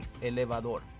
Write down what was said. elevador